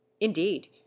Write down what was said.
indeed